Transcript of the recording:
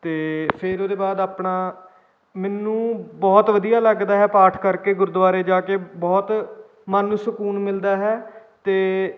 ਅਤੇ ਫਿਰ ਉਹਦੇ ਬਾਅਦ ਆਪਣਾ ਮੈਨੂੰ ਬਹੁਤ ਵਧੀਆ ਲੱਗਦਾ ਹੈ ਪਾਠ ਕਰਕੇ ਗੁਰਦੁਆਰੇ ਜਾ ਕੇ ਬਹੁਤ ਮਨ ਨੂੰ ਸਕੂਨ ਮਿਲਦਾ ਹੈ ਅਤੇ